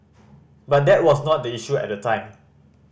but that was not the issue at the time